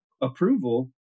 approval